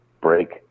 break